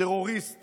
טרוריסט